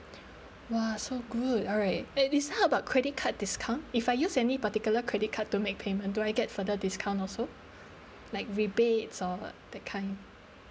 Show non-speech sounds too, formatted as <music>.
<breath> !wah! so good alright eh is how about credit card discount if I use any particular credit card to make payment do I get further discount also <breath> like rebate or that kind